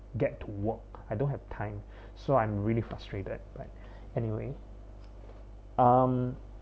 get to work I don't have time so I'm really frustrated but anyway um